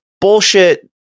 bullshit